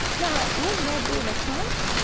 now, wouldn't that be an affront?